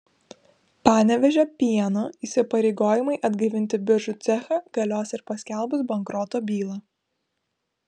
panevėžio pieno įsipareigojimai atgaivinti biržų cechą galios ir paskelbus bankroto bylą